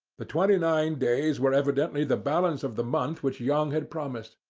the twenty-nine days were evidently the balance of the month which young had promised.